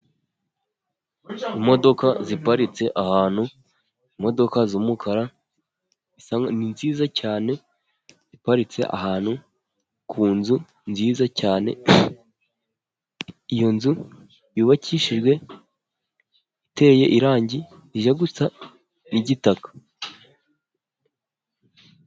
Imodoka iparitse ahantu, imodoka z'umukara ni nziza cyane, iparitse ahantu ku nzu nziza cyane, iyo nzu yubakishijwe, iteye irangi rijya gusa n'igitaka.